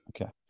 Okay